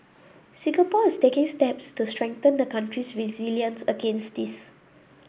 Singapore is taking steps to strengthen the country's resilience against this